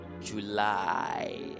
July